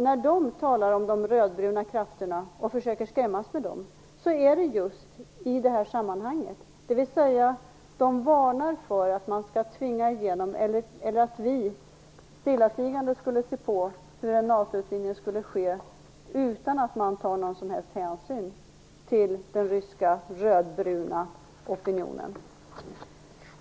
När de talar om de rödbruna krafterna och försöker skrämmas med dem är det just i det här sammanhanget, dvs. att de varnar för att man skulle tvinga igenom en utvidgning eller att vi stillatigande skulle se på hur en NATO-utvidgning skulle ske utan att någon som helst hänsyn togs till den ryska rödbruna opinionen.